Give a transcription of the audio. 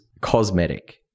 cosmetic